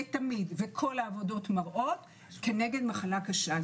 ותמיד וכל העבודות מראות כנגד מחלה קשה.